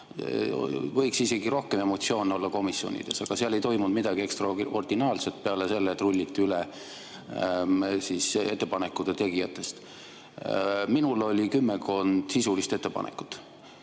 Võiks isegi rohkem emotsioone olla komisjonides, aga seal ei toimunud midagi ekstraordinaarset peale selle, et rulliti üle ettepanekute tegijatest. Minul oli kümmekond sisulist ettepanekut,